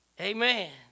Amen